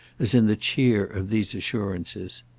as in the cheer of these assurances.